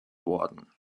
worden